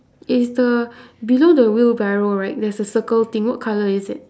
is the below the wheelbarrow right is a circle thing what colour is it